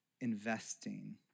investing